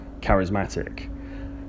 charismatic